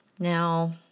Now